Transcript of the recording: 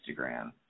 Instagram